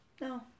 No